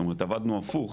זאת אומרת, עבדנו הפוך